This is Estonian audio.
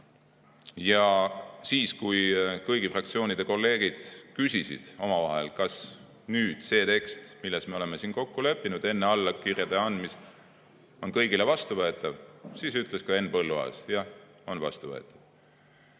Ja siis, kui kõigi fraktsioonide kolleegid küsisid omavahel, kas nüüd see tekst, milles me oleme kokku leppinud enne allkirjade andmist, on kõigile vastuvõetav, ütles ka Henn Põlluaas, et jah, on vastuvõetav.